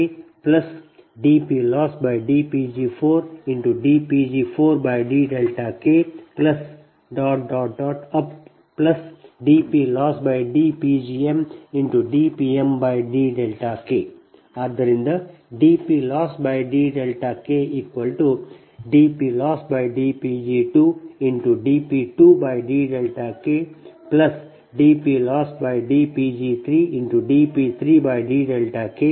ಆದ್ದರಿಂದ ನೀವು ಇದನ್ನು ಈ ರೀತಿ ಮಾಡಿದರೆ dPLossdKdPLossdPg2dPg2dKdPLossdPg3dPg3dKdPLossdPg4dPg4dKdPLossdPgmdPmdK